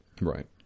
Right